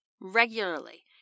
Regularly